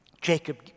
Jacob